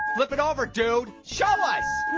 flip it over, dude, show us.